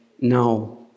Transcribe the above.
now